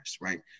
right